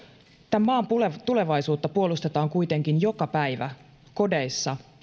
tämän maan tulevaisuutta puolustetaan kuitenkin joka päivä kodeissa